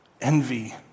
envy